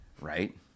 Right